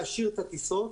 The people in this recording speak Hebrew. להשאיר את הטיסות,